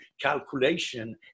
calculation